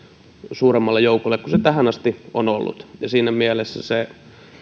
suuremmalle joukolle kuin millä se tähän asti on ollut ja siinä mielessä se